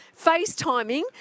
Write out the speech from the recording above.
FaceTiming